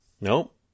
Nope